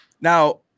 Now